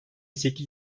sekiz